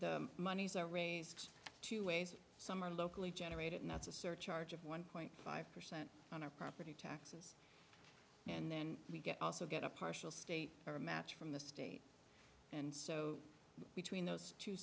the monies are raised two ways some are locally generated and that's a surcharge of one point five percent on our property tax and then we get also get a partial state or match from the state and so between those two